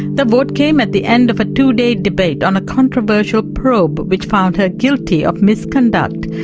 the vote came at the end of a two-day debate on a controversial probe which found her guilty of misconduct.